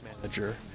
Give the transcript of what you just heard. manager